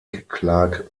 clark